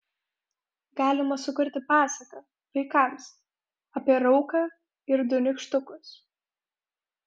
galima sukurti pasaką vaikams apie rauką ir du nykštukus